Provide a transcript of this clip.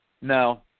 No